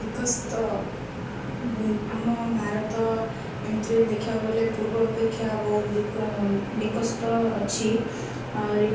ବିକଶିତ ଆମ ଭାରତ ଏମିତିରେ ବି ଦେଖିବାକୁ ଗଲେ ପୂର୍ବ ଅପେକ୍ଷା ବହୁତ ବିକଶିତ ଅଛି ଆହୁରି